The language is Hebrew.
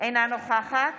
אינה נוכחת